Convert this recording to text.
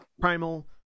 primal